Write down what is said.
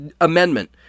amendment